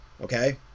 okay